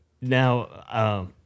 Now